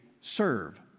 serve